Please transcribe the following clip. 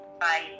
Bye